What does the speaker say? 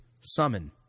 summon